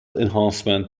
enhancement